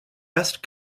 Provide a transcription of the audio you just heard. best